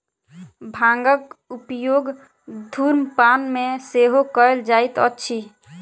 भांगक उपयोग धुम्रपान मे सेहो कयल जाइत अछि